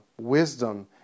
wisdom